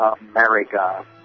America